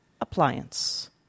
appliance